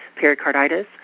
pericarditis